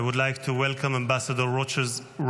I would like to welcome ambassador Roger Carstens,